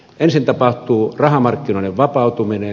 ensin tapahtuu rahamarkkinoiden vapautuminen